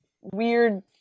weird –